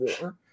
war